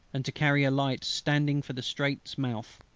and to carry a light, standing for the straits' mouth.